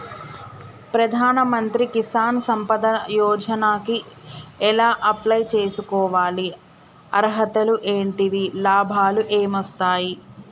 ప్రధాన మంత్రి కిసాన్ సంపద యోజన కి ఎలా అప్లయ్ చేసుకోవాలి? అర్హతలు ఏంటివి? లాభాలు ఏమొస్తాయి?